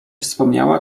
wspominała